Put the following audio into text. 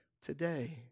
today